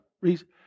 reason